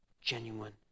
genuine